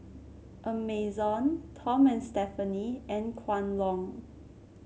Amazon Tom and Stephanie and Kwan Loong